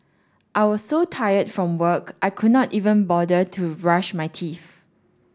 I was so tired from work I could not even bother to brush my teeth